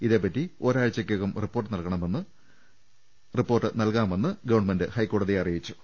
ഇതേ പ്പറ്റി ഒരാഴ്ചക്കകം റിപ്പോർട്ട് നൽകാമെന്ന് ഗവൺമെന്റ് ഹൈക്കോടതിയെ അറിയിച്ചു